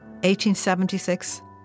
1876